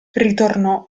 ritornò